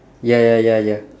ya ya ya ya